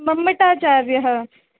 मम्मटाचार्यः